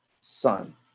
son